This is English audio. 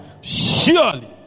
Surely